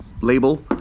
label